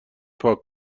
پاک